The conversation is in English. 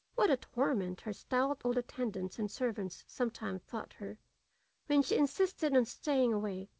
what a torment her stout old attendants and servants sometime thought her when she insisted on staying awake,